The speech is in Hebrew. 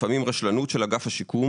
לפעמים רשלנות של אגף השיקום